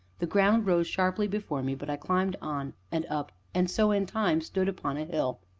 the ground rose sharply before me, but i climbed on and up and so, in time, stood upon a hill.